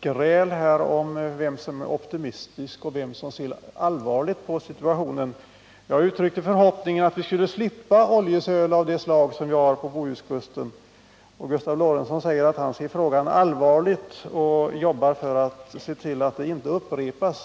gräla om vem som är optimistisk och vem som ser allvarligt på situationen. Jag uttryckte förhoppningen att vi skulle slippa oljesöl av det slag vi nu har på Bohuskusten, och Gustav Lorentzon säger att han ser frågan allvarligt och jobbar för att se till att denna situation inte upprepas.